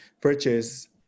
purchase